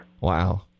Wow